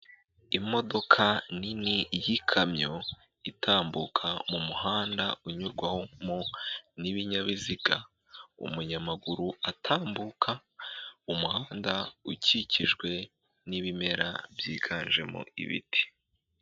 Imodoka nini y'ikamyo itambuka mu muhanda unyurwaho n'ibinyabiziga umunyamaguru atambuka umuhanda ukikijwe n'ibimera byiganjemo ibiti.